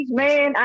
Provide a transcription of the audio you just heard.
man